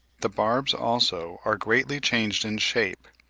the barbs also are greatly changed in shape,